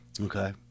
Okay